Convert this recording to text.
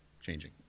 changing